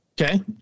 Okay